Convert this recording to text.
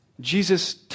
Jesus